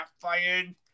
fired